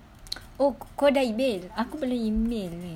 oh kau dah email aku belum email